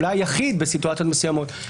אולי היחיד בסיטואציות מסוימות,